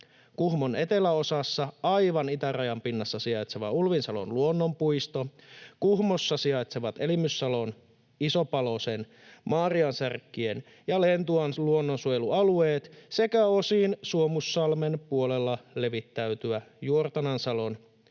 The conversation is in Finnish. Kuhmon eteläosassa aivan itärajan pinnassa sijaitseva Ulvinsalon luonnonpuisto, Kuhmossa sijaitsevat Elimyssalon, Iso-Palosen—Maariansärkkien ja Lentuan luonnonsuojelualueet sekä osin Suomussalmen puolelle levittäytyvä Juortanansalon—Lapinsuon